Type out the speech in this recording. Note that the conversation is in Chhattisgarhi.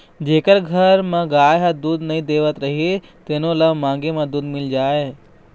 जेखर घर गाय ह दूद नइ देवत रहिस तेनो ल मांगे म दूद मिल जाए